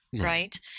right